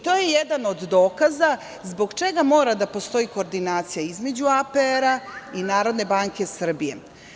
To je jedan od dokaza zbog čega mora da postoji koordinacija između APR i Narodne banke Srbije.